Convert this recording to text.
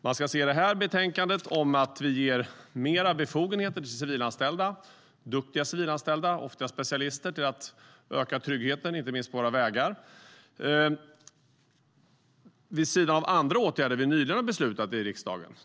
Man ska se detta betänkande om att vi ger mer befogenheter till duktiga civilanställda - ofta specialister i syfte att öka tryggheten, inte minst på våra vägar - vid sidan av andra åtgärder vi nyligen beslutat i riksdagen.